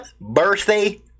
birthday